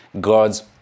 God's